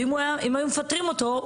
ואם היו מפטרים אותו,